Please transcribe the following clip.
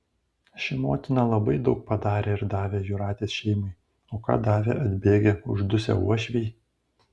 ši motina labai daug padarė ir davė jūratės šeimai o ką davė atbėgę uždusę uošviai